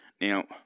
Now